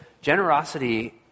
generosity